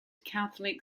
catholic